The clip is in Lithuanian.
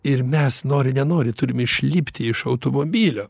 ir mes nori nenori turime išlipti iš automobilio